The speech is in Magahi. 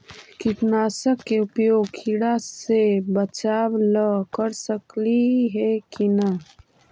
कीटनाशक के उपयोग किड़ा से बचाव ल कर सकली हे की न?